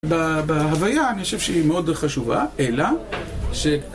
בהוויה אני חושב שהיא מאוד חשובה, אלא ש...